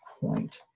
point